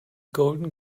golden